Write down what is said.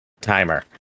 timer